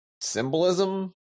symbolism